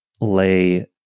lay